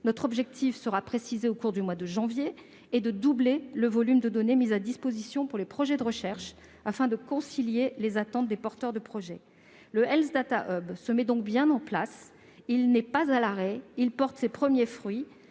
Notre objectif, qui sera précisé au cours du mois de janvier, est de doubler le volume de données mises à disposition pour les projets de recherche, afin de concilier les attentes des porteurs de projets. Le Health Data Hub se met donc bien en place ; il n'est pas à l'arrêt et porte ses premiers fruits.